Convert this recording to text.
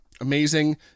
amazing